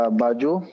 baju